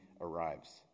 arrives